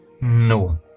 No